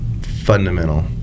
fundamental